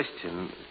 Question